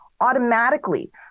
automatically